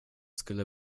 skulle